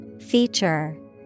Feature